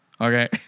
Okay